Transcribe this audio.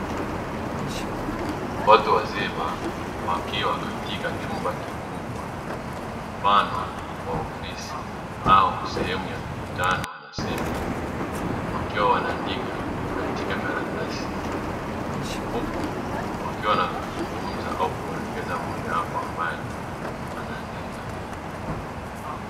Watu wazima wakiwa katika chumba kikubwa mfano wa ofisi au sehemu ya mkutano na semina, wakiwa wanaandika katika karatasi huku wakiwa wanazungumza au kumuelekeza mmoja wapo ambae anaandika.